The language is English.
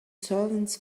servants